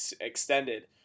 extended